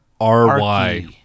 R-Y